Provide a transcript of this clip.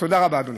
תודה רבה, אדוני.